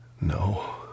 No